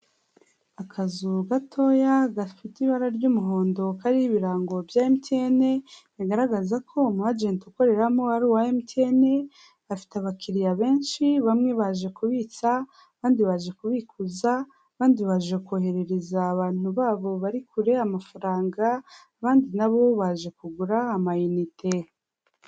Akazu gatoya gafite ibara ry'umuhondo kariho ibirango bya Emutiyene, bigaragaza ko uwo mu agenti ukoreramo ari uwa emutiyene. Afite abakiriya benshi bamwe baje kubitsa abandi baje kubikuza, abandi baje koherereza abantu babo bari kure amafaranga. Abandi nabo baje kugura amayinite.